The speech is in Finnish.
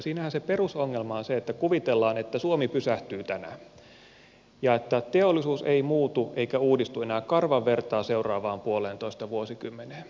siinähän se perusongelma on se että kuvitellaan että suomi pysähtyy tänään ja että teollisuus ei muutu eikä uudistu enää karvan vertaa seuraavaan puoleentoista vuosikymmeneen